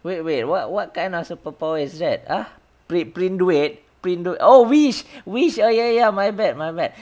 wait wait what what kind of superpower is that ah print print do it print do it oh wish wish oh ya ya my bad my bad